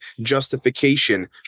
justification